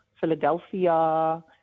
philadelphia